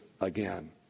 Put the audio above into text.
again